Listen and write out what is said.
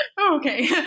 okay